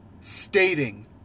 stating